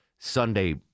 Sunday